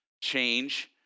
change